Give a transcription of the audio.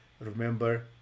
remember